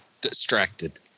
distracted